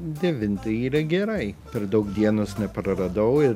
devintą yra gerai per daug dienos nepraradau ir